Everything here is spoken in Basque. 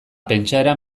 pentsaera